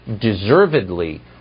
deservedly